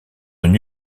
une